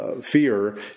Fear